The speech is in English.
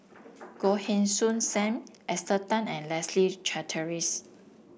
Goh Heng Soon Sam Esther Tan and Leslie Charteris